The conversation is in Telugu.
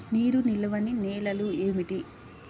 నీరు నిలువని నేలలు ఏమిటి?